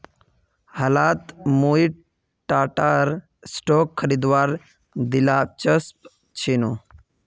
हालत मुई टाटार स्टॉक खरीदवात दिलचस्प छिनु